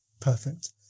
perfect